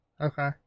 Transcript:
Okay